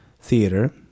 theater